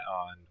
on